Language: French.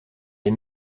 les